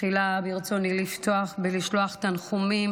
תחילה ברצוני לפתוח בלשלוח תנחומים